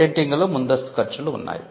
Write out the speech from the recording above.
పేటెంటింగ్లో ముందస్తు ఖర్చులు ఉన్నాయి